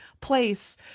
place